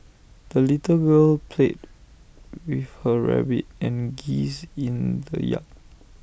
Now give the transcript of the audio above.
the little girl played with her rabbit and geese in the yard